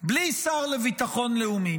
בלי שר לביטחון לאומי